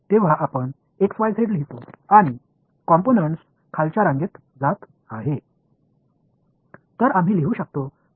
நாம் இங்கே உள்ளவற்றில் முதலில் இருப்பவர்களின் கூறுகளை எழுதும்போது அவைகள் கீழ் வரிசைக்கு செல்கின்றது